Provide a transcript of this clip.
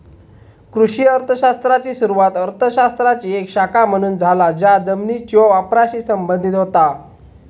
कृषी अर्थ शास्त्राची सुरुवात अर्थ शास्त्राची एक शाखा म्हणून झाला ज्या जमिनीच्यो वापराशी संबंधित होता